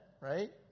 right